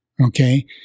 Okay